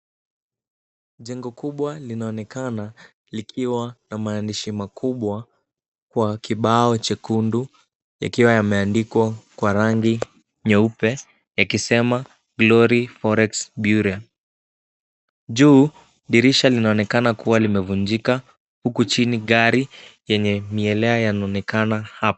Jengo kubwa linaonekana likiwa na maandishi makubwa kwa kibao chekundu, yakiwa yameandikwa kwa rangi nyeupe yakisema Glory Forex Bureau . Juu, dirisha linaonekana kuwa limevunjika huku chini gari lenye mielea laonekana hapo.